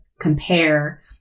compare